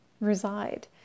reside